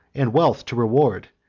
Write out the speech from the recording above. and wealth to reward,